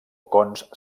cons